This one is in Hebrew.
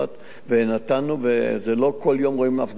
לא כל יום רואים הפגנה כזאת,